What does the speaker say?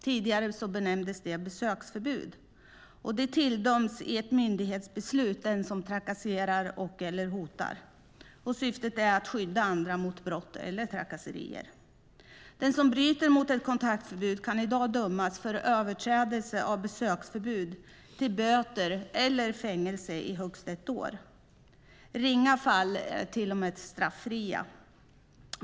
Tidigare benämndes det besöksförbud. Det tilldöms i ett myndighetsbeslut den som trakasserar och/eller hotar. Syftet är att skydda andra mot brott eller trakasserier. Den som bryter mot ett kontaktförbud kan i dag dömas för överträdelse av besöksförbud till böter eller fängelse i högst ett år. Ringa fall är till och med straffria.